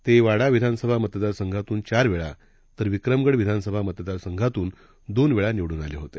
ते वाडा विधानसभा मतदार संघातून चारवेळा तर विक्रमगड विधानसभा मतदार संघातून दोनवेळा निवडून आले होते